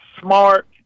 smart